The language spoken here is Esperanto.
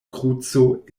kruco